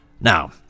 Now